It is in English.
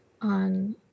on